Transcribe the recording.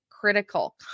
critical